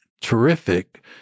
terrific